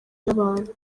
n’abantu